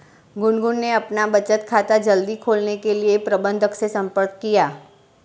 गुनगुन ने अपना बचत खाता जल्दी खोलने के लिए प्रबंधक से संपर्क किया